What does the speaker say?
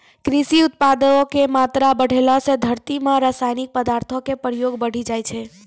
कृषि उत्पादो के मात्रा बढ़ैला से धरती मे रसायनिक पदार्थो के प्रयोग बढ़ि जाय छै